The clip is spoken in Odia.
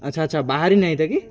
ଆଚ୍ଛା ଆଚ୍ଛା ବାହାରି ନାହିଁତେ କି